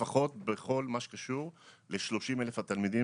לפחות בכל מה שקשור ל-30,000 התלמידים